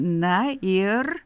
na ir